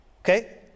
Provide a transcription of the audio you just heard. Okay